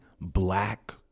black